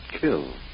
kill